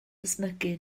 ysmygu